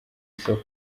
isoko